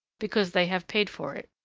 because they have paid for it.